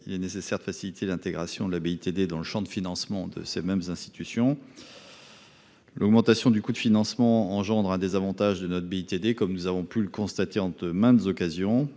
Il est nécessaire de faciliter l'intégration de la BITD dans le Champ de financement de ces mêmes institutions. L'augmentation du coût de financement engendre un désavantage de notre BITD, comme nous avons pu le constater en de maintes occasions